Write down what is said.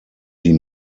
sie